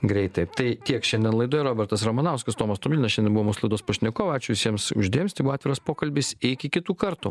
greitai tai tiek šiandien laidoje robertas ramanauskas tomas tomilinas šiandien buvo mūsų laidos pašnekovai ačiū visiems už dėmesį tai buvo atviras pokalbis iki kitų kartų